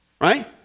right